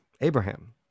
abraham